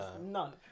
None